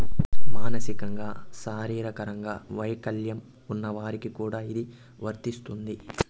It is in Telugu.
మానసికంగా శారీరకంగా వైకల్యం ఉన్న వారికి కూడా ఇది వర్తిస్తుంది